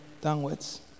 downwards